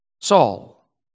Saul